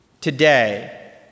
today